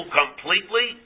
completely